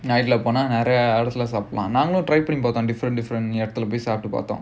போனா நிறைய:ponaa niraiya different different இடத்துல போயி சாப்பிட்டு பார்த்தோம்:idathula poyi saappittu paarthom